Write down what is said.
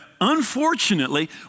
Unfortunately